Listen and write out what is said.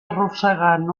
arrossegant